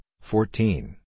fourteen